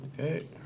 Okay